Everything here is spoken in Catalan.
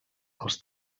els